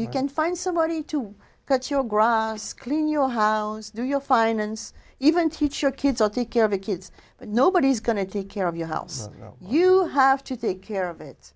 you can find somebody to cut your grass clean your house do your finance even teach your kids or take care of the kids but nobody's going to take care of your house you have to take care of it